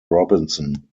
robinson